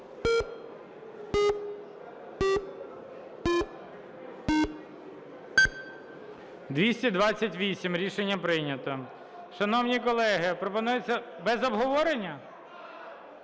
За-228 Рішення прийнято. Шановні колеги, пропонується... Без обговорення?